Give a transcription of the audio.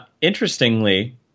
Interestingly